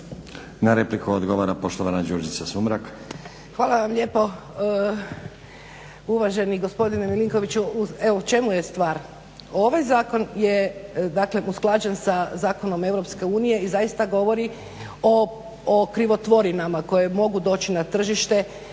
Na repliku odgovora poštovana Đurđica Sumrak. **Sumrak, Đurđica (HDZ)** Hvala vam lijepo uvaženi gospodine Milinkoviću. Evo u čemu je stvar, ovaj zakon je dakle usklađen sa zakonom EU i zaista govori o krivotvorinama koje mogu doći na tržište